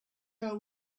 are